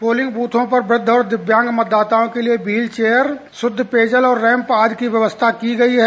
polling बूथों पर वृद्ध और दिव्यांग मतदाताओं के लिए व्हील चेयर शुद्ध पेयजल और रैम्प आदि की व्यवस्था की गई है